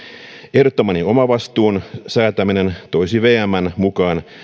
ehdottamani omavastuun säätäminen toisi vmn mukaan